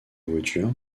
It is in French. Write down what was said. voiture